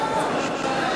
בעד,